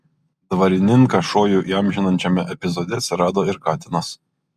dvarininką šojų įamžinančiame epizode atsirado ir katinas